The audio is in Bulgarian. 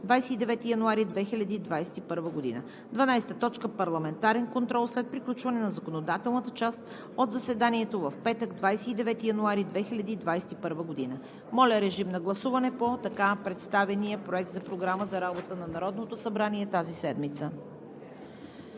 29 януари 2021 г. 12. Парламентарен контрол – след приключване на законодателната част от заседанието в петък, 29 януари 2021 г.“ Моля, гласувайте така представения Проект за програма за работата на Народното събрание тази седмица.